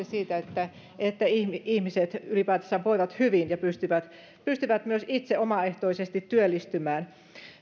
siitä että että ihmiset ihmiset ylipäätänsä voivat hyvin ja pystyvät pystyvät myös itse omaehtoisesti työllistymään